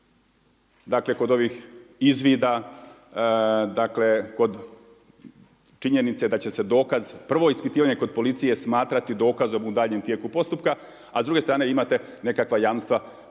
dakle kod ovih izvida, kod činjenice da će se dokaz prvo ispitivanje kod policije smatrati dokazom u daljnjem tijeku postupka, a s druge strane imate nekakva jamstva